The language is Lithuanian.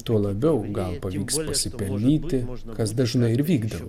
tuo labiau gal pavyks pasipelnyti kas dažnai ir vykdavo